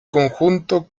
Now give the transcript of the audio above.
conjunto